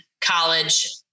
college